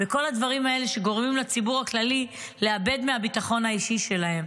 בכל הדברים האלה שגורמים לציבור הכללי לאבד מהביטחון האישי שלו.